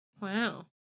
Wow